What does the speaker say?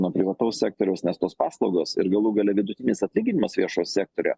nuo privataus sektoriaus nes tos paslaugos ir galų gale vidutinis atlyginimas viešojo sektorio